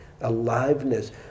Aliveness